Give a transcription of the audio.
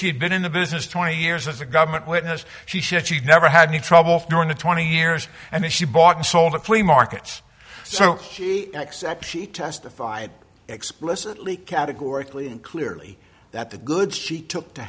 had been in the business twenty years as a government witness she said she never had any trouble during the twenty years and she bought and sold a flea markets so she except she testified explicitly categorically and clearly that the goods she took t